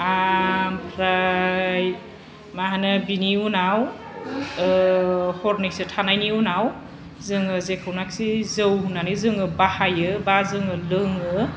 आमफ्राय मा होनो बिनि उनाव ओह हरनैसो थानायनि उनाव जोङो जेखौनाखि जौ होनानै जोङो बाहायो बा जोङो लोङो